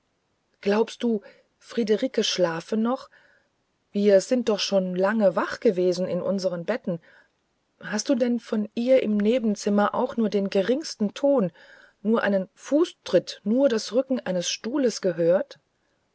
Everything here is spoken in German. glaubst du friederike schlafe noch wir sind doch schon lange wach gewesen in unsern betten hast du denn von ihr im nebenzimmer auch nur den geringsten ton nur einen fußtritt nur das rücken eines stuhles gehört